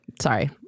sorry